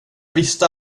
visste